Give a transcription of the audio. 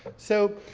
so,